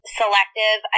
selective